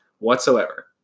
whatsoever